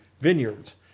vineyards